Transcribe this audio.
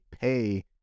pay